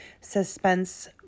suspense